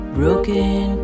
broken